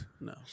no